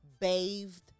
bathed